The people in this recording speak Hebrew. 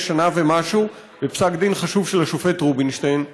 שנה ומשהו בפסק דין חשוב של השופט רובינשטיין,